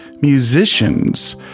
musicians